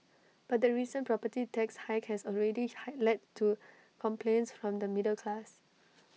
but the recent property tax hike has already hi led to complaints from the middle class